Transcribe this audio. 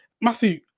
Matthew